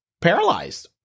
paralyzed